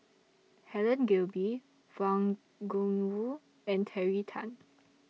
Helen Gilbey Wang Gungwu and Terry Tan